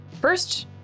First